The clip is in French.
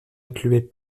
incluaient